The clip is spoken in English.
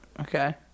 Okay